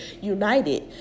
united